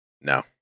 No